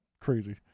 Crazy